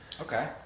Okay